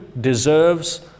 deserves